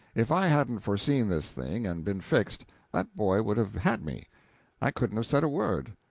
if i hadn't foreseen this thing and been fixed, that boy would have had me i couldn't have said a word.